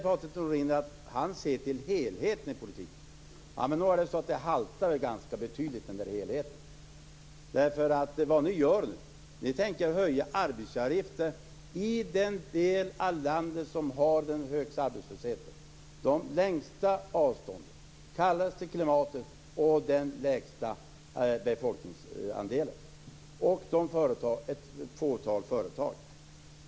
Patrik Norinder säger att han ser till helheten i politiken. Men nog haltar väl den där helheten ganska betydligt, därför att vad ni tänker göra är att höja arbetsgivareavgifter i den del av landet som har den högsta arbetslösheten, de längsta avstånden, det kallaste klimatet, den lägsta befolkningsandelen och ett fåtal företag.